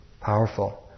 powerful